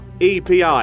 Epi